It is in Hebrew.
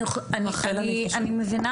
אני מבינה